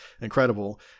incredible